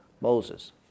Moses